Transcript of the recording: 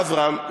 אברהם,